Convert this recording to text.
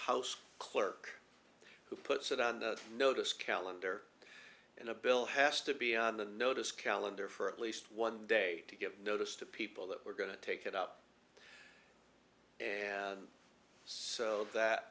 house clerk who puts it on the notice calendar and a bill has to be on the notice calendar for at least one day to give notice to people that we're going to take it up and so that